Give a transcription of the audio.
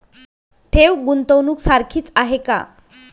ठेव, गुंतवणूक सारखीच आहे का?